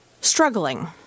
struggling